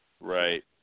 Right